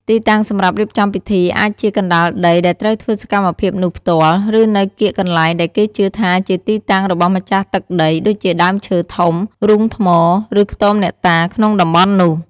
ទីតាំងសម្រាប់រៀបចំពិធីអាចជាកណ្តាលដីដែលត្រូវធ្វើសកម្មភាពនោះផ្ទាល់ ឬនៅកៀកកន្លែងដែលគេជឿថាជាទីតាំងរបស់ម្ចាស់ទឹកដី ដូចជាដើមឈើធំ រូងថ្ម ឬខ្ទមអ្នកតា ក្នុងតំបន់នោះ។